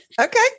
okay